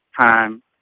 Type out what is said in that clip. time